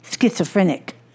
schizophrenic